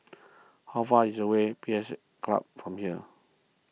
how far is away P S Club from here